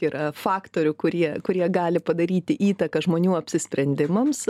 yra faktorių kurie kurie gali padaryti įtaką žmonių apsisprendimams